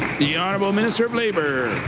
the honourable minister of labour.